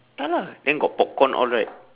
ya lah then got popcorn all right